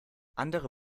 andere